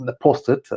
posted